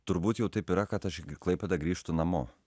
turbūt jau taip yra kad aš gi į klaipėdą grįžtu namo